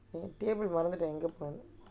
table மறந்துட்டேன் எங்கே:maranthutaen engae